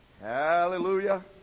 Hallelujah